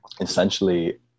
essentially